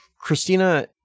Christina